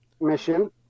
mission